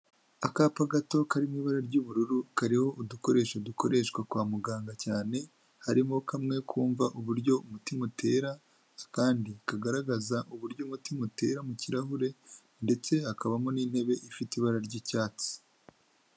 Akapa gato karimo ibara ry'ubururu kariho udukoresho dukoreshwa kwa muganga cyane harimo kamwe kumva uburyo umutima utera, akandi kagaragaza uburyo umutima utera mu kirahure ndetse hakabamo n'intebe ifite ibara ry'icyatsi.